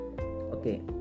okay